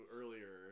earlier